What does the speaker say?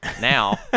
now